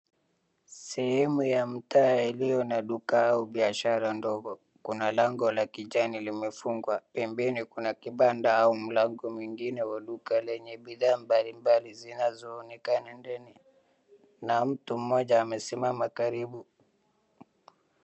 Sehemu ya mtaa iliyo na duka au biashara ndogo, kuna lango la kijani limefungwa, pembeni kuna kibanda au mlango mwingine wa duka lenye bidhaa mbalimbali zinazoonekana ndani, na mtu mmoja amesimama karibu.